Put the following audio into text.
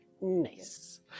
Nice